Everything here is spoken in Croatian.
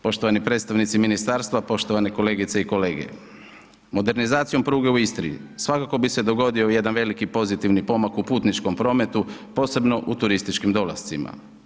Poštovani predstavnici i ministarstva, poštovane kolegice i kolege, modernizacijom pruge u Istri, svakako bi se dogodio jedan veliki pozitivni pomak u putničkim prometu, posebno u turističkim dolascima.